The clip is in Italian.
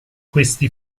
questi